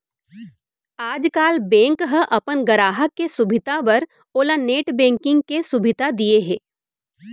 आजकाल बेंक ह अपन गराहक के सुभीता बर ओला नेट बेंकिंग के सुभीता दिये हे